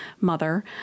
mother